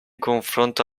confronto